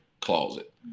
closet